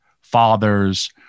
fathers